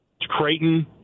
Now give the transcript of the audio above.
Creighton –